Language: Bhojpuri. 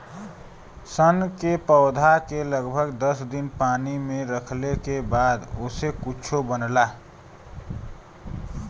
सन के पौधा के लगभग दस दिन पानी में रखले के बाद ओसे कुछो बनला